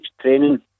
training